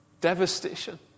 devastation